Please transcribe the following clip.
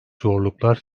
zorluklar